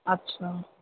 अछा